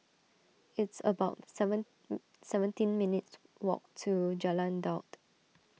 it's about seven seventeen minutes' walk to Jalan Daud